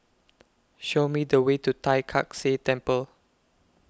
Show Me The Way to Tai Kak Seah Temple